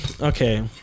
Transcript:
Okay